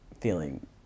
feeling